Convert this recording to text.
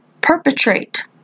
perpetrate